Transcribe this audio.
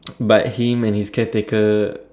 but him and his caretaker